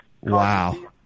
Wow